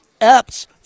Epps